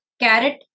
carrot